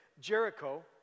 Jericho